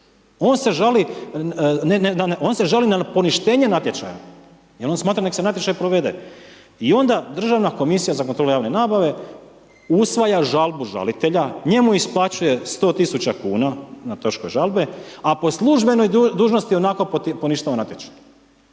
On se žali na poništenje natječaja jer on smatra neka se natječaj provede. I onda državna komisija za kontrolu javne nabave usvaja žalbu žalitelja, njemu isplaćuje 100 tisuća kuna na troškove žalbe a po službenoj dužnosti onako poništava natječaj.